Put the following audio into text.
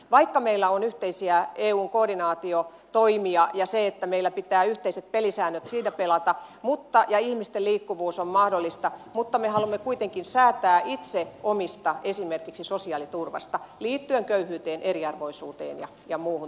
vaikka meillä on yhteisiä eun koordinaatiotoimia ja meillä pitää olla siinä yhteiset pelisäännöt ja ihmisten liikkuvuus on mahdollista me haluamme kuitenkin säätää itse esimerkiksi sosiaaliturvastamme omista asioistamme liittyen köyhyyteen eriarvoisuuteen ja muuhun tällaiseen